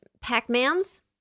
Pac-Mans